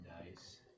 Nice